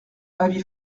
avis